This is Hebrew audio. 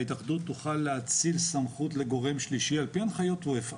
ההתאחדות תוכל להאציל סמכות לגורם שלישי על פי הנחיות אופ"א,